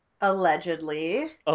Allegedly